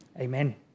amen